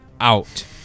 out